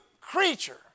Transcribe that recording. creature